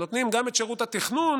הם נותנים גם את שירות התכנון,